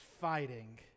fighting